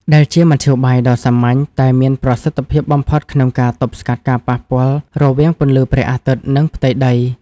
ដែលជាមធ្យោបាយដ៏សាមញ្ញតែមានប្រសិទ្ធភាពបំផុតក្នុងការទប់ស្កាត់ការប៉ះផ្ទាល់រវាងពន្លឺព្រះអាទិត្យ និងផ្ទៃដី។